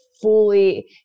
fully